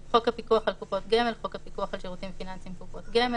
""חוק הפיקוח על קופות גמל" חוק הפיקוח על שירותים פיננסיים (קופות גמל),